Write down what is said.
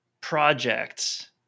projects